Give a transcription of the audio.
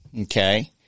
Okay